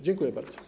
Dziękuję bardzo.